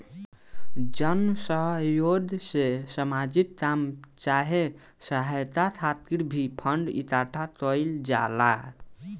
जन सह योग से सामाजिक काम चाहे सहायता खातिर भी फंड इकट्ठा कईल जाला